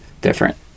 different